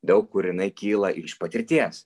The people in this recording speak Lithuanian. daug kur jinai kyla iš patirties